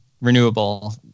renewable